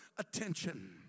Attention